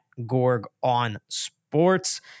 GorgOnSports